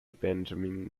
benjamin